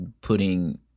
putting